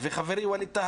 על זה